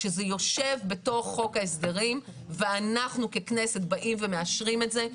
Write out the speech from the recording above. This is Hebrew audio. כשזה יושב בתוך חוק ההסדרים ואנחנו ככנסת באים ומאשרים את זה,